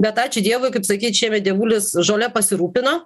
bet ačiū dievui kaip sakyt šiemet dievulis žole pasirūpino